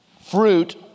Fruit